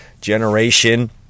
generation